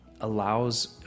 allows